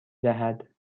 دهد